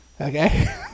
Okay